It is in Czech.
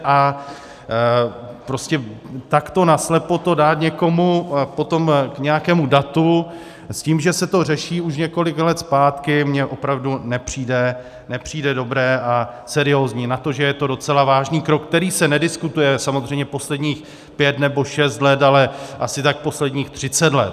A prostě takto naslepo to dát někomu potom k nějakému datu s tím, že se to řeší už několik let zpátky, mi opravdu nepřijde dobré a seriózní na to, že je to docela vážný krok, který se nediskutuje samozřejmě posledních pět nebo šest let, ale asi tak posledních třicet let.